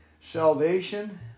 salvation